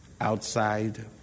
outside